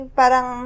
parang